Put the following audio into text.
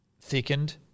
thickened